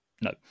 No